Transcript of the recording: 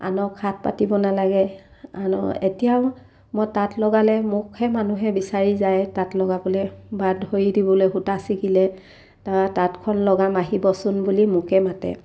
আনক হাত পাতিব নালাগে আন এতিয়াও মই তাঁত লগালে মোকহে মানুহে বিচাৰি যায় তাঁত লগাবলৈ বা ধৰি দিবলৈ সূতা ছিগিলে তাৰপৰা তাঁতখন লগাম আহিবচোন বুলি মোকে মাতে